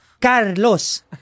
Carlos